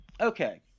okay